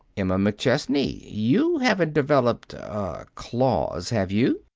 emma mcchesney, you haven't developed er claws, have you?